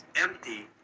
...empty